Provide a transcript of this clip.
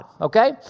okay